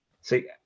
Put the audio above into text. See